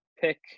pick